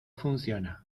funciona